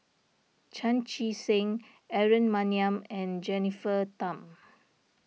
Chan Chee Seng Aaron Maniam and Jennifer Tham